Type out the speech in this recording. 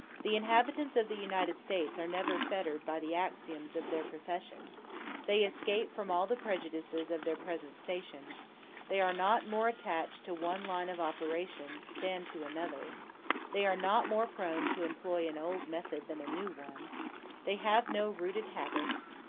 the inhabitants of the united states are never fettered by the axioms of their profession they escape from all the prejudices of their present station they are not more attached to one line of operation than to another they are not more prone to employ an old method than a new one they have no rooted habits,